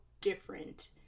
different